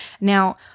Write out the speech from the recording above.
Now